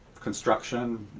construction,